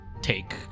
take